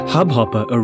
Hubhopper